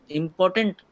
important